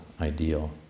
ideal